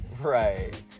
Right